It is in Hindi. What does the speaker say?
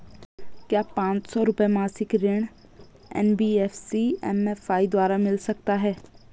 क्या पांच सौ रुपए मासिक ऋण एन.बी.एफ.सी एम.एफ.आई द्वारा मिल सकता है?